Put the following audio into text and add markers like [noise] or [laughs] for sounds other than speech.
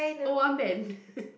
oh armband [laughs]